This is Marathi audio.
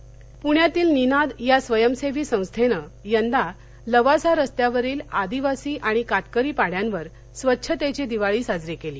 स्वच्छतेची दिवाळी पुण्यातील निनाद या स्वयंसेवी संस्थेनं यंदा लवासा रस्त्यावरील आदिवासी आणि कातकरी पाङ्यांवर स्वच्छतेची दिवाळी साजरी केली